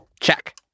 Check